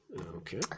Okay